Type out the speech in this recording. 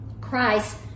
Christ